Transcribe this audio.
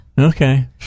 Okay